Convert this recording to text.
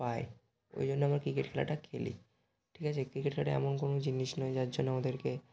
পাই ওই জন্য আমরা ক্রিকেট খেলাটা খেলি ঠিক আছে ক্রিকেট খেলাটা এমন কোনো জিনিস নয় যার জন্য আমাদেরকে